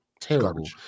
terrible